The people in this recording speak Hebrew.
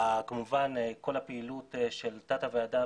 כמובן כל הפעילות של תת הוועדה